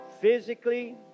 physically